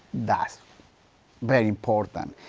that's very important. ah,